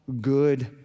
good